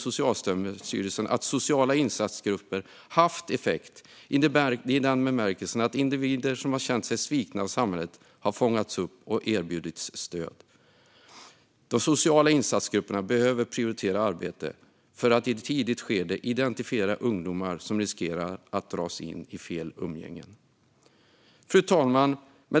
Socialstyrelsen bedömer att sociala insatsgrupper haft effekt i den bemärkelse att individer som känt sig svikna av samhället har fångats upp och erbjudits stöd. De sociala insatsgrupperna behöver prioritera arbete för att i ett tidigt skede identifiera ungdomar som riskerar att dras in i fel umgängen. Fru talman!